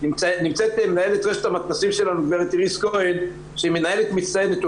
פה מנהלת רשת המתנ"סים שלנו גברת איריס כהן שהיא מנהלת מצטיינת.